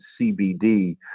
CBD